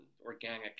organic